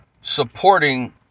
supporting